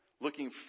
looking